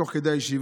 תוך כדי הישיבה,